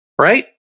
right